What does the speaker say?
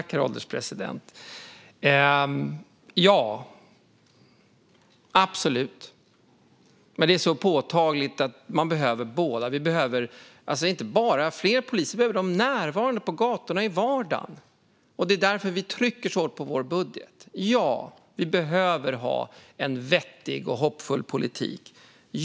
Herr ålderspresident! Ja, absolut! Men det är väldigt påtagligt att vi behöver båda. Vi behöver inte bara fler poliser; vi behöver dem närvarande på gatorna, i vardagen. Det är därför vi trycker så hårt på vår budget. Ja, vi behöver ha en vettig och hoppfull politik.